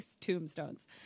tombstones